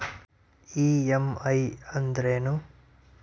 EMI ಅಂದ್ರೇನು?